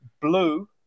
blue